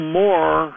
more